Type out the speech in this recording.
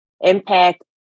impact